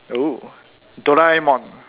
oo Doraemon